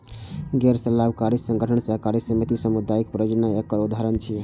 गैर लाभकारी संगठन, सहकारी समिति, सामुदायिक परियोजना एकर उदाहरण छियै